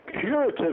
curative